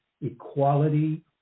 equality